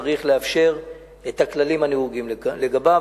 צריך לאפשר את הכללים הנהוגים לגביו,